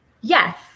Yes